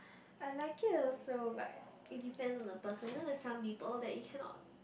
I like it also but it depend on the person you know there's some people that you cannot